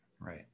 Right